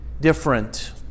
different